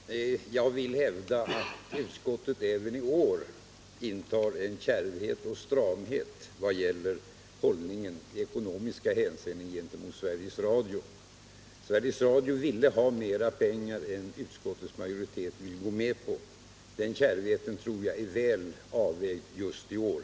Herr talman! Jag vill hävda att utskottet även i år intar en kärvhet och stramhet vad gäller hållningen i ekonomiska hänseenden gentemot Sveriges Radio. Sveriges Radio ville ha mer pengar än utskottets majoritet vill gå med på. Den kärvheten tror jag är väl avvägd just i år.